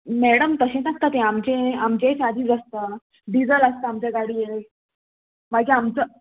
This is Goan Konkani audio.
मॅडम तशेंत आसता तें आमचें आमचेय चार्जीज आसता डिजल आसता आमचे गाडयेक मागीर आमचो